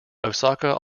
osaka